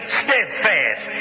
steadfast